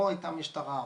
פה הייתה משטרה,